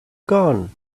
gone